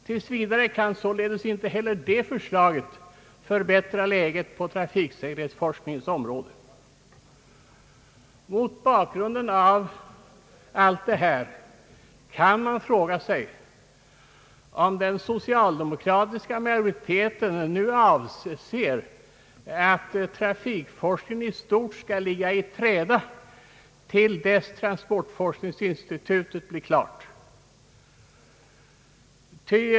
Tills vidare kan således inte heller det förslaget förbättra läget på trafiksäkerhetsforskningens område. Mot bakgrunden av allt detta kan man fråga sig om den socialdemokratiska majoriteten nu avser att trafikforskningen i stort skall ligga i träda tills transportforskningsinstitutet blir klart.